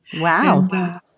Wow